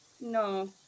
No